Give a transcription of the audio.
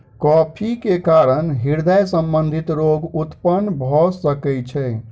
coffee के कारण हृदय संबंधी रोग उत्पन्न भअ सकै छै